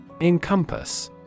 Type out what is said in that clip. Encompass